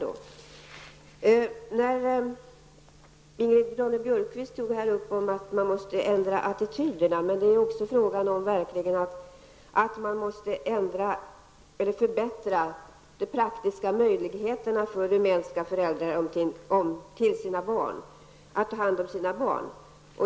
Ingrid Ronne-Björkqvist tog upp behovet av att ändra attityderna, men det är också fråga om att förbättra de praktiska möjligheterna för rumänska föräldrar att ta hand om sina barn.